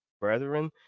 brethren